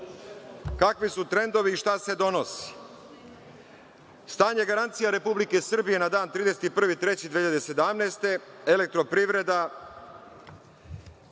kakvi su trendovi i šta se donosi. Stanje garancija Republike Srbije na dan 31. mart 2017. godine, Elektroprivreda,